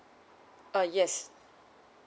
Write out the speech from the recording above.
uh yes